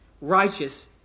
righteous